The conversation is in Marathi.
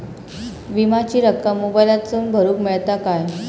विमाची रक्कम मोबाईलातसून भरुक मेळता काय?